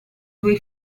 due